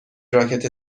راکت